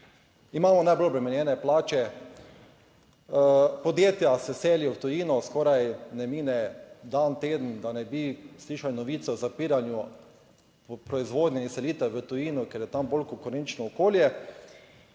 Imamo najbolj obremenjene plače. Podjetja se selijo v tujino, skoraj ne mine dan, teden, da ne bi slišali novice o zapiranju proizvodnje in selitev v tujino, ker je tam bolj konkurenčno okolje.